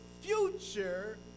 future